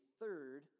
third